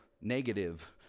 negative